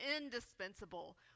indispensable